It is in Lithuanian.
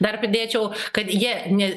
dar pridėčiau kad jie ne